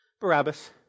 Barabbas